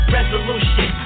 Resolution